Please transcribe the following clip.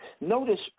Notice